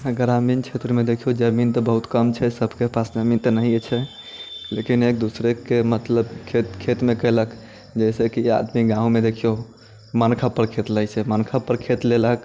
ग्रामीण क्षेत्रमे देखियौ जमीन तऽ बहुत कम छै सभके पास जमीन तऽ नहिये छै लेकिन एक दूसरेके मतलब खेत खेतमे कयलक जइसे कि आदमी गाँवमे देखियौ मनखब पर खेत लै छै मनखब पर खेत लेलक